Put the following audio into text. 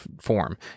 form